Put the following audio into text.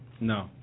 No